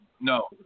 No